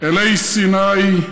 אלי סיני,